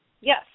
Yes